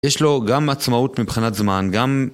יש לו גם עצמאות מבחינת זמן, גם...